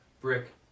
brick